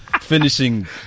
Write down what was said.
finishing